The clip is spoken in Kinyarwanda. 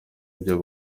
ibyo